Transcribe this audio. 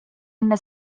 enne